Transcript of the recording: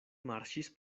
marŝis